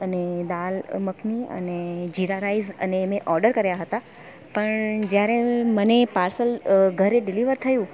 અને દાળ મખની અને જીરા રાઈઝ અને મેં ઓર્ડર કર્યા હતા પણ જ્યારે મને પાર્સલ ઘરે ડીલીવર થયું